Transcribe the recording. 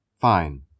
fine